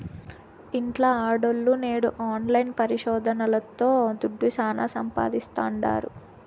ఇంట్ల ఆడోల్లు నేడు ఆన్లైన్ పరిశోదనల్తో దుడ్డు శానా సంపాయిస్తాండారు